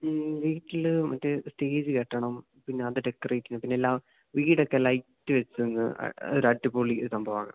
മ്മ് വീട്ടില് മറ്റെ സ്റ്റേജ് കെട്ടണം പിന്നെയത് ഡെക്കറേറ്റ് ചെയ്യണം പിന്നെല്ലാം വീടൊക്കെ ലൈറ്റ് വെച്ചൊന്ന് ഒരു അടിപൊളി സംഭവമാക്കണം